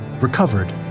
recovered